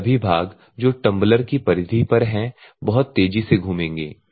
वे सभी भाग जो टंबलर की परिधि पर हैं बहुत तेज गति से घूमेंगे